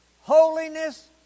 holiness